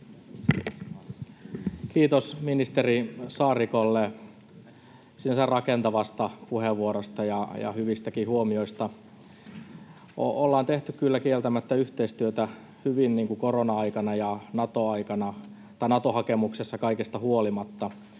Kiitos ministeri Saarikolle sinänsä rakentavasta puheenvuorosta ja hyvistäkin huomioista. Ollaan tehty kyllä kieltämättä yhteistyötä hyvin korona-aikana ja Nato-hakemuksessa, kaikesta huolimatta.